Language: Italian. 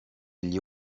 gli